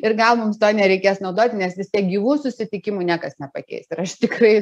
ir gal mums to nereikės naudoti nes vis tiek gyvų susitikimų niekas nepakeis ir aš tikrai